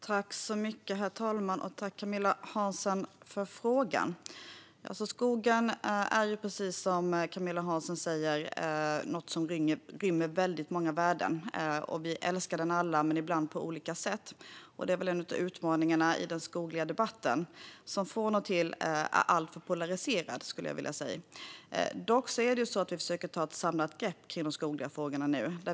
Herr talman! Tack, Camilla Hansén, för frågan! Skogen är något som rymmer väldigt många värden, precis som Camilla Hansén säger. Vi älskar den alla, men ibland på olika sätt. Det är väl en av utmaningarna i den skogliga debatten som från och till är alltför polariserad. Vi försöker dock nu att ta ett samlat grepp om de skogliga frågorna.